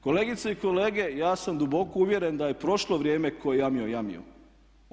Kolegice i kolege ja sam duboko uvjeren da je prošlo vrijeme "tko je jamio, jamio je"